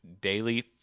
daily